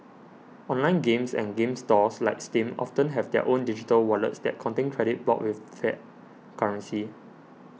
online games and game stores like Steam often have their own digital wallets that contain credit bought with fiat currency